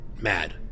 mad